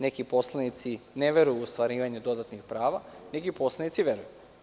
Neki poslanici ne veruju u ostvarivanje dodatnih prava, neki poslanici veruju.